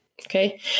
Okay